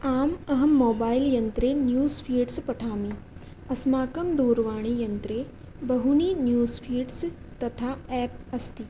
आम् अहं मोबैल् यन्त्रे न्यूस् फ़ीड्स् पठामि अस्माकं दूरवाणीयन्त्रे बहूनि न्यूस् फ़ीड्स् तथा एप् अस्ति